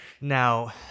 now